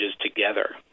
together